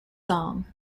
song